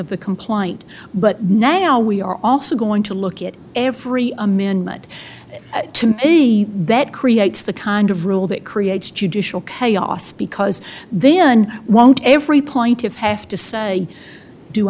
of the compliant but now we are also going to look at every amendment to say that creates the kind of rule that creates judicial chaos because then won't every point of have to say do